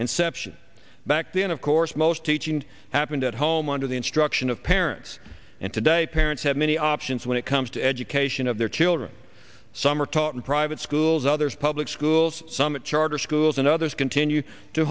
inception back then of course most teaching happened at home under the instruction of parents and today parents have many options when it comes to education of their children some are taught in private schools others public schools some of charter schools and others continue to